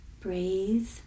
Breathe